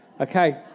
Okay